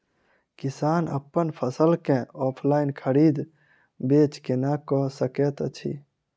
किसान अप्पन फसल केँ ऑनलाइन खरीदै बेच केना कऽ सकैत अछि?